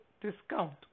discount